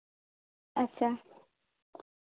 ᱟᱪᱪᱷᱟ